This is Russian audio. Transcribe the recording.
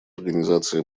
организации